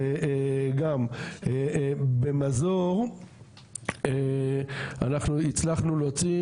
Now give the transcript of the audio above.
גם במזור הצלחנו להוציא,